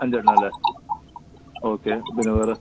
അഞ്ചെണ്ണം അല്ലേ ഓക്കെ പിന്നെ വേറെ